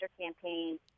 campaign